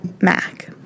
Mac